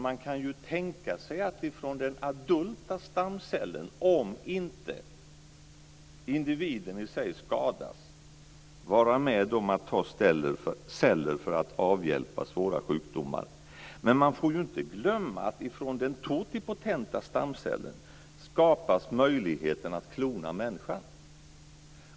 Man kan ju tänka sig att ifrån den adulta stamcellen, om inte individen i sig skadas, vara med om att ta celler för att avhjälpa svåra sjukdomar. Men man får ju inte glömma att det skapas en möjlighet att ifrån den totipotenta stamcellen klona människan.